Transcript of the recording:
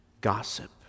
gossip